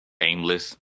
aimless